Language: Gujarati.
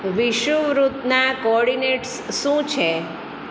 વિષુવવૃત્તનાં કોર્ડિનેટ્સ શું છે